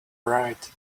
right